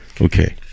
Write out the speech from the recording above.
Okay